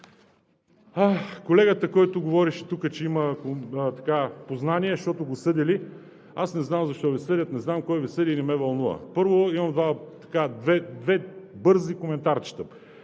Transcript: колегата, който говореше тук, че има познания, защото го съдили. Аз не знам защо Ви съдят, не знам кой Ви съди и не ме вълнува. Първо, имам две бързи коментарчета.